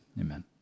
amen